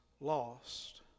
lost